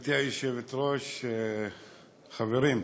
גברתי היושבת-ראש, חברים,